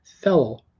fellow